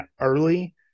early